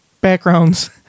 backgrounds